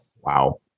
Wow